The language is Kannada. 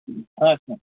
ಹಾಂ ಸರ್